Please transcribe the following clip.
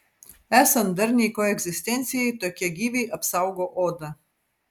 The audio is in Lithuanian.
esant darniai koegzistencijai tokie gyviai apsaugo odą